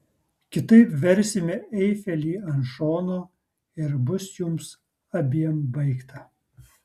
kitaip versime eifelį ant šono ir bus jums abiem baigta